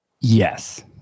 Yes